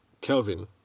Kelvin